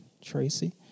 Tracy